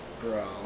Bro